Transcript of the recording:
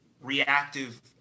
reactive